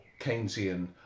Keynesian